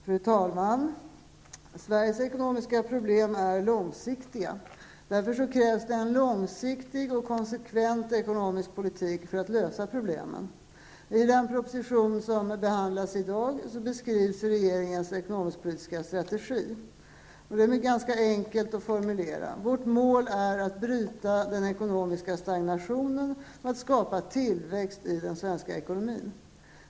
Fru talman! Sveriges ekonomiska problem är långsiktiga. Därför krävs det en långsiktig och konsekvent ekonomisk politik för att lösa problemen. I den proposition som behandlas i dag beskrivs regeringens ekonomisk-politiska strategi, som är ganska enkel att formulera. Vårt mål är att bryta den ekonomiska stagnationen och att skapa tillväxt i den svenska ekonomin.